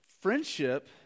friendship